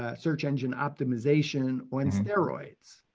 ah search engine optimization on steroids.